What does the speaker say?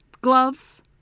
gloves